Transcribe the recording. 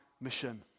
mission